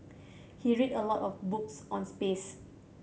he read a lot of books on space